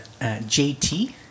JT